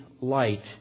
light